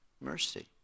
Mercy